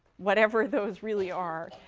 whatever those really are.